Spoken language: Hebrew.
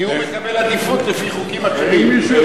כי הוא מקבל עדיפות לפי חוקים אחרים.